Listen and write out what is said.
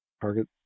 target